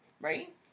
Right